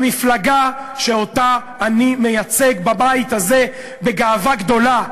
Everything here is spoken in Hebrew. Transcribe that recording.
המפלגה שאני מייצג בבית הזה בגאווה גדולה,